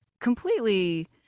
completely